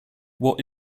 what